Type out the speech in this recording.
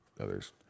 others